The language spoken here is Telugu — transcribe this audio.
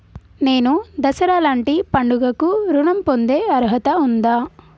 నేను దసరా లాంటి పండుగ కు ఋణం పొందే అర్హత ఉందా?